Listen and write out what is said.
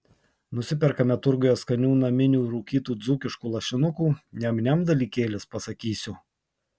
nusiperkame turguje skanių naminių rūkytų dzūkiškų lašinukų niam niam dalykėlis pasakysiu